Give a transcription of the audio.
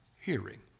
hearing